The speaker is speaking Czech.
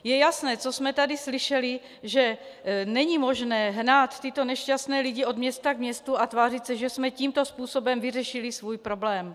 Je jasné, co jsme tady slyšeli, že není možné hnát tyto nešťastné lidi od města k městu a tvářit se, že jsme tímto způsobem vyřešili svůj problém.